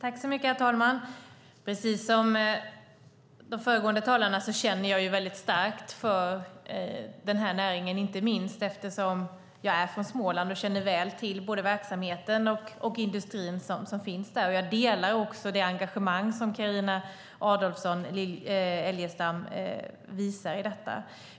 Herr talman! Precis som de föregående talarna känner jag väldigt starkt för den här näringen, inte minst eftersom jag är från Småland och känner väl till både verksamheten och industrin som finns där. Jag delar också det engagemang som Carina Adolfsson Elgestam visar i detta.